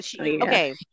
okay